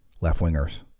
left-wingers